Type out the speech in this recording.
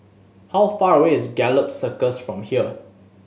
how far away is Gallop Circus from here